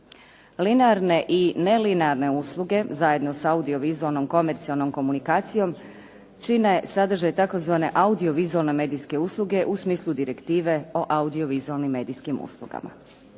Linearne i nelinearne usluge, zajedno sa audiovizualnom komercijalnom komunikacijom čine sadržaj tzv. audiovizualne medijske usluge u smislu direktive o audiovizualnim medijskim uslugama.